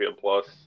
Plus